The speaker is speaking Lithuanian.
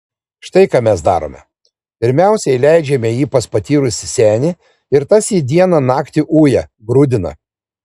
štai ką mes darome pirmiausia įleidžiame jį pas patyrusį senį ir tas jį dieną naktį uja grūdina